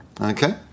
Okay